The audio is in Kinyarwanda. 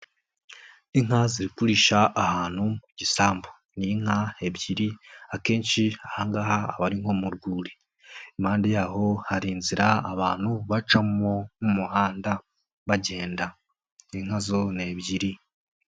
Inka ziri kurisha ahantu mu gisambu. Ni inka ebyiri, akenshi aha ngaha aba ari nko mu rwuri. Impande yaho hari inzira abantu bacamo nk'umuhanda bagenda. Inka zo ni ebyiri.